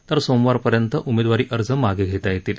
तर सोमवारपर्यंत उमेदवारी अर्ज मागे घेता येतील